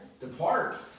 Depart